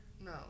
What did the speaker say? No